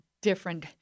different